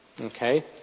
Okay